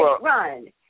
run